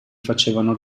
facevano